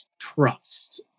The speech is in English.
trust